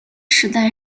世代